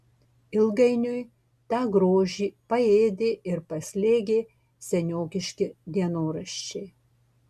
ilgainiui tą grožį paėdė ir paslėgė seniokiški dienoraščiai